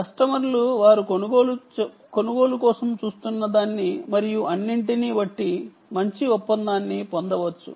కస్టమర్లు వారు కొనుగోలు చేయాలని చూస్తున్నదాని గురించి మరియు అన్నింటినీ బట్టి మంచి సమాచారాన్ని పొందవచ్చు